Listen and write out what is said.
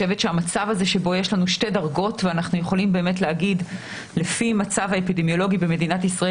יש מקומות שבהם יש גל שממשיך בגלל BA.2. זה מאוד שונה בין מדינות שונות.